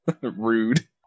Rude